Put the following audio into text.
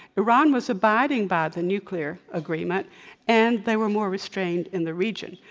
iran was abiding by the nuclear agreement and they were more restrained in the region.